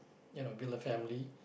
you know build a family